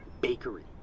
bakery